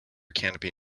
canopy